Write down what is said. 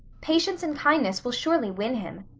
patience and kindness will surely win him.